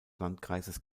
landkreises